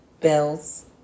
bells